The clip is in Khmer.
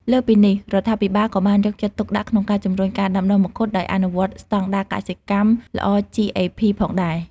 លើសពីនេះ រដ្ឋាភិបាលក៏បានយកចិត្តទុកដាក់ក្នុងការជំរុញការដាំដុះមង្ឃុតដោយអនុវត្តស្តង់ដារកសិកម្មល្អ GAP ផងដែរ។